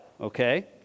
okay